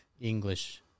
English